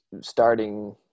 starting